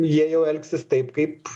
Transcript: jie jau elgsis taip kaip